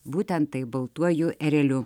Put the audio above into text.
būtent taip baltuoju ereliu